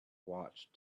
watched